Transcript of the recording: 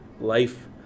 life